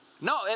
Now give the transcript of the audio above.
No